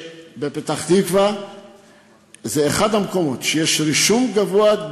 שפתח-תקווה זה אחד המקומות שיש רישום גבוה,